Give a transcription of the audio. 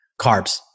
Carbs